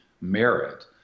merit